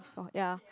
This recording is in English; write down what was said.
orh ya